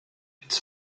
its